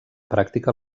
pràctica